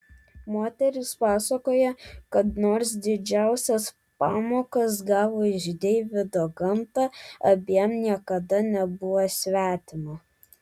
moteris pasakoja kad nors didžiausias pamokas gavo iš deivido gamta abiem niekada nebuvo svetima